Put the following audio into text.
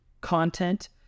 content